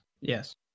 Yes